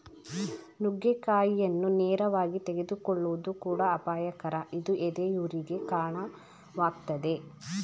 ನುಗ್ಗೆಕಾಯಿಯನ್ನು ನೇರವಾಗಿ ತೆಗೆದುಕೊಳ್ಳುವುದು ಕೂಡ ಅಪಾಯಕರ ಇದು ಎದೆಯುರಿಗೆ ಕಾಣವಾಗ್ತದೆ